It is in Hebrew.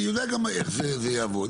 אני יודע גם איך זה תעבוד,